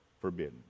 forbidden